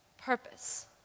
purpose